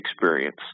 experience